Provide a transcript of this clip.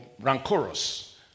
rancorous